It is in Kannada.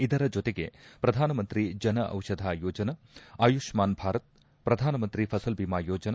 ಇದರ ಜತೆಗೆ ಶ್ರಧಾನ ಮಂತ್ರಿ ಜನ ದಿಷಧ ಯೋಜನಾ ಆಯುಷ್ಣಾನ್ ಭಾರತ್ ಪ್ರಧಾನ ಮಂತ್ರಿ ಫಸಲ್ ಭಿಮಾ ಯೋಜನಾ